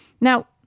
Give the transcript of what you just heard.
Now